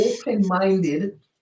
open-minded